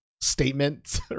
statement